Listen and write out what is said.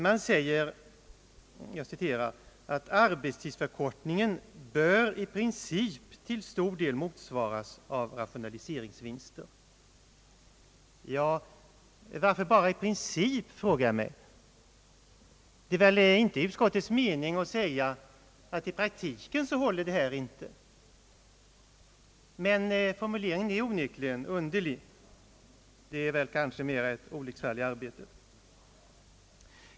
Man säger: »Arbetstidsförkortningen ——— bör i princip till stor del motsvaras av rationaliseringsvinster.» Ja, varför bara i princip? Det är väl inte utskottets mening att säga, att i praktiken håller inte detta. Men formuleringen är onekligen underlig. Kanske är det mera fråga om ett olycksfall i arbetet?